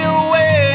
away